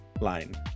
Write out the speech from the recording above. line